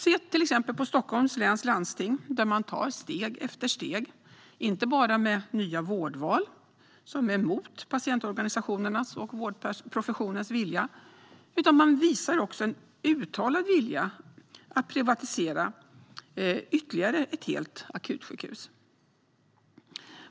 Se till exempel på Stockholms läns landsting, där man tar steg efter steg men inte bara med nya vårdval - vilket sker mot patientorganisationernas och vårdprofessionens vilja - utan även visar en uttalad vilja att privatisera ytterligare ett helt akutsjukhus.